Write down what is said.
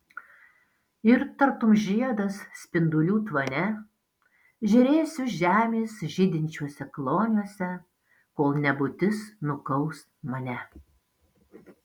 ir tartum žiedas spindulių tvane žėrėsiu žemės žydinčiuose kloniuose kol nebūtis nukaus mane